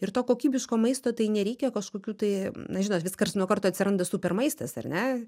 ir to kokybiško maisto tai nereikia kažkokių tai na žinot viskas nuo karto atsiranda super maistas ar ne